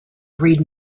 read